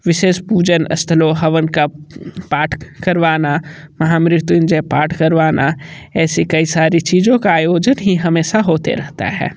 विशेष पूजन स्थलों हवन का पाठ करवाना महामृत्युंजय पाठ करवाना ऐसी कई सारी चीज़ों का आयोजन हमेशा होते रहता है